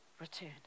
return